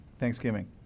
thanksgiving